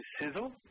sizzle